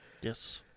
Yes